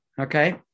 Okay